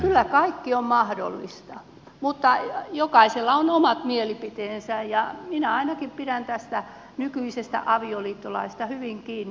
kyllä kaikki on mahdollista mutta jokaisella on omat mielipiteensä ja minä ainakin pidän tästä nykyisestä avioliittolaista hyvin kiinni